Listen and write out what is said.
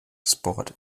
sport